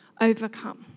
overcome